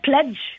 pledge